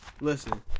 Listen